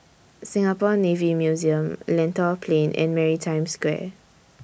Singapore Navy Museum Lentor Plain and Maritime Square